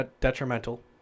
detrimental